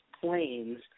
planes